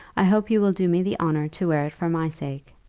i hope you will do me the honour to wear it for my sake.